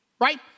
right